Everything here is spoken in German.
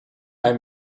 ein